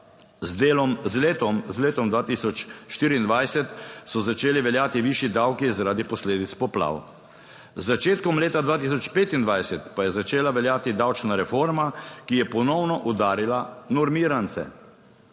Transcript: z letom 2024 so začeli veljati višji davki zaradi posledic poplav, z začetkom leta 2025 pa je začela veljati davčna reforma, ki je ponovno udarila normirance.